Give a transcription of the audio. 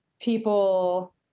people